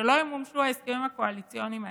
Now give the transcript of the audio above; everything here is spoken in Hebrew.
שלא ימומשו ההסכמים הקואליציוניים האלה.